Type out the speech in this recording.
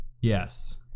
yes